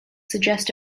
suggest